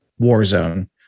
Warzone